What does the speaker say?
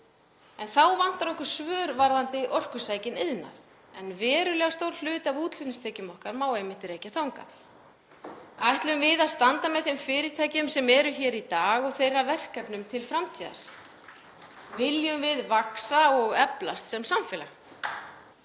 Þá vantar okkur svör varðandi orkusækinn iðnað en verulega stór hluti af útflutningstekjum okkar má einmitt rekja þangað. Ætlum við að standa með þeim fyrirtækjum sem eru hér í dag og þeirra verkefnum til framtíðar? Viljum við vaxa og eflast sem samfélag?